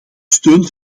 steun